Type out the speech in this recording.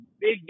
big